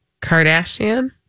Kardashian